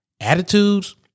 attitudes